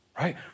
right